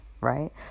Right